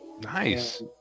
Nice